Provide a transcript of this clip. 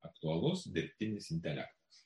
aktualus dirbtinis intelektas